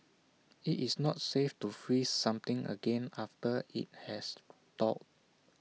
IT is not safe to freeze something again after IT has thawed